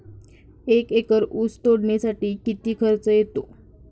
एक एकर ऊस तोडणीसाठी किती खर्च येतो?